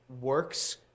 works